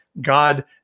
God